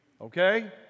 okay